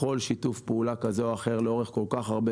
בכל שיתוף פעולה כזה או אחר לאורך כל כך הרבה